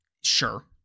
sure